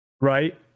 Right